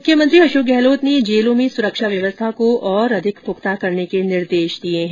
मुख्यमंत्री अशोक गहलोत ने जेलों में सुरक्षा व्यवस्था को और अधिक पुख्ता करने के निर्देश दिए हैं